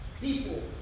people